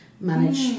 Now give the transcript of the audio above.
manage